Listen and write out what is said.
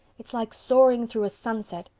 it's like soaring through a sunset.